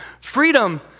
Freedom